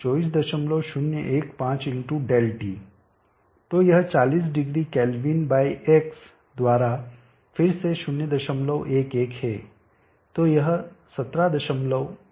तो यह 40o kelvin by X द्वारा फिर से 011 है